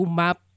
map